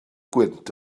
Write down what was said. gwynt